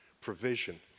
provision